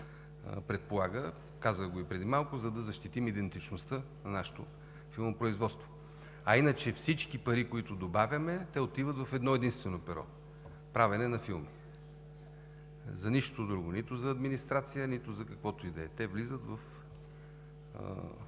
предполага, казах го и преди малко, за да защитим идентичността на нашето филмопроизводство. А иначе всички пари, които добавяме, отиват в едно-единствено перо – правене на филми. За нищо друго – нито за администрация, нито за каквото и да е. Те влизат във